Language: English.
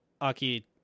Aki